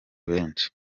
benshi